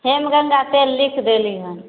हेमगंगा तेल लिख देली हन